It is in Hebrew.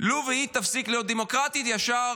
לו היא תפסיק להיות דמוקרטית, ישר